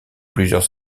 plusieurs